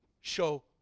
show